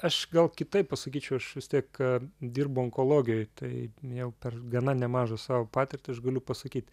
aš gal kitaip pasakyčiau aš vistiek dirbu onkologijoj tai jau per gana nemažą savo patirtį aš galiu pasakyt